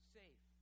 safe